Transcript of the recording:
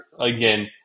again